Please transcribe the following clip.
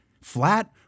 Flat